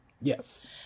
yes